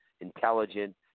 intelligent